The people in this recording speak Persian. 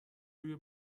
روی